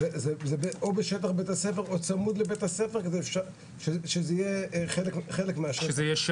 זה או בשטח בית-הספר או צמוד לבית-הספר שזה יהיה חלק מהשטח.